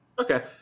Okay